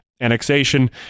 annexation